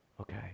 Okay